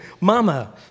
Mama